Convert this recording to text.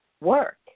work